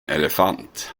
elefant